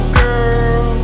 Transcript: girl